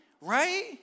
right